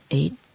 eight